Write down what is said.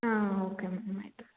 ಹಾಂ okay madam ಆಯಿತು